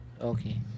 Okay